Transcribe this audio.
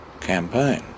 campaign